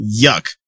Yuck